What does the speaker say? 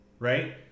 Right